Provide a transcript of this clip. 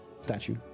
statue